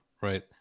right